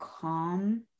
calm